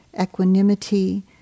equanimity